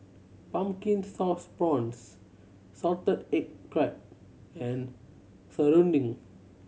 Pumpkin Sauce Prawns salted egg crab and serunding